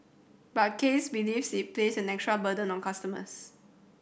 but Case believes it places an extra burden on customers